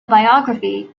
biography